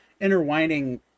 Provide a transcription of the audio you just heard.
interwining